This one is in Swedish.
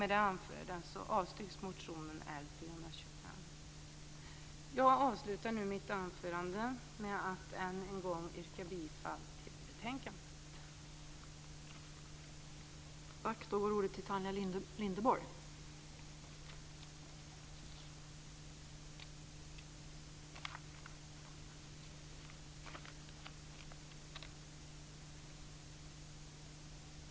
Med det anförda föreslår jag att motion Jag avslutar mitt anförande med att än en gång yrka bifall till hemställan i betänkandet.